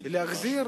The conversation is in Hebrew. כדי להחזיר